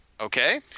Okay